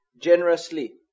generously